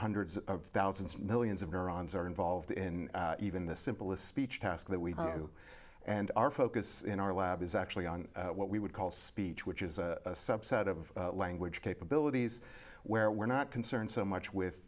hundreds of thousands millions of neurons are involved in even the simplest speech tasks that we do and our focus in our lab is actually on what we would call speech which is a subset of language capabilities where we're not concerned so much with